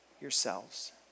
yourselves